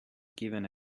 giving